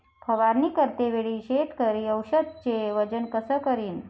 फवारणी करते वेळी शेतकरी औषधचे वजन कस करीन?